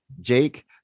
Jake